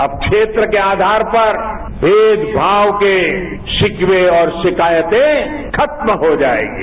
अब क्षेत्र के आधार पर मेदभाव के शिकवे और शिकायतें खत्म हो जाएंगी